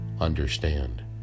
understand